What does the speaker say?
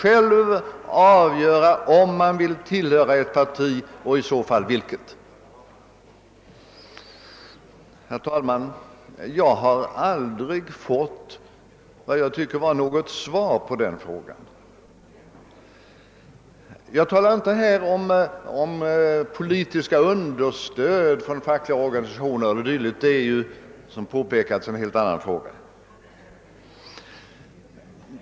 Jag har aldrig fått vad jag anser vara ett svar på den frågan. Jag talar inte om ekonomiskt understöd från fackliga till politiska organisationer — det är, som redan framhållits, en annan fråga.